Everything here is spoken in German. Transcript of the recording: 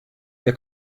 der